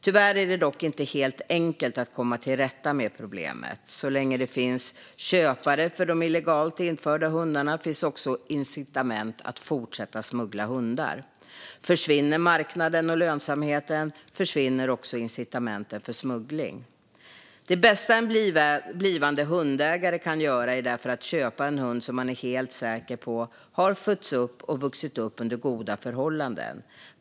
Tyvärr är det dock inte helt enkelt att komma till rätta med problemet. Så länge det finns köpare för de illegalt införda hundarna finns också incitament att fortsätta att smuggla hundar. Försvinner marknaden och lönsamheten försvinner också incitamenten för smuggling. Det bästa en blivande hundägare kan göra är därför att köpa en hund som man är helt säker på har fötts upp och vuxit upp under goda förhållanden.